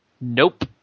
nope